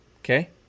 Okay